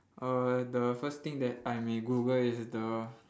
err the first thing that I may google is the